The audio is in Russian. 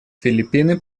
филиппины